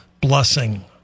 Blessing